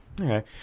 Okay